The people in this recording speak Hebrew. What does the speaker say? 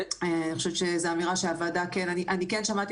אני חושבת שזאת אמירה שהוועדה אני כן שמעתי